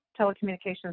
telecommunications